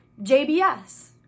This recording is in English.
JBS